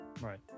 Right